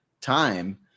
time